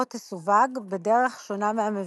או תסווג בדרך שונה מהמבוקש.